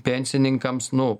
pensininkams nu